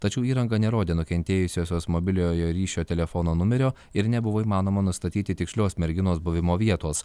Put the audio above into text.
tačiau įranga nerodė nukentėjusiosios mobiliojo ryšio telefono numerio ir nebuvo įmanoma nustatyti tikslios merginos buvimo vietos